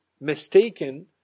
mistaken